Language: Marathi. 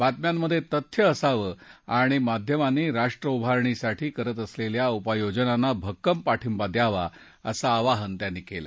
बातम्यांमधे तथ्य असावं आणि माध्यमांनी राष्ट्र उभारणीसाठी करत असलेल्या उपाययोजनांना भक्कम पाठिंबा द्यावा असं आवाहनही त्यांनी केलं